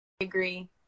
agree